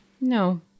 No